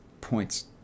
points